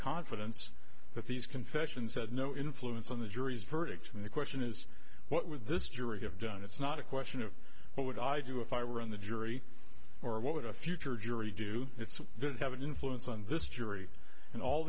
confidence that these confessions had no influence on the jury's verdict from the question is what would this jury have done it's not a question of what would i do if i were in the jury or what would a future jury do it's good to have an influence on this jury and all